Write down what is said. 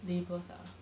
labels ah